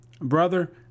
Brother